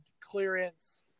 clearance